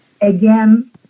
again